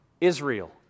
Israel